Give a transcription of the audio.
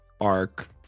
arc